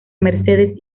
mercedes